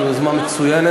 זו יוזמה מצוינת.